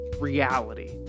reality